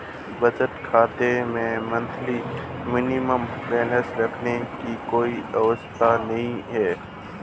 बचत खाता में मंथली मिनिमम बैलेंस रखने की कोई आवश्यकता नहीं है